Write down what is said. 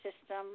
system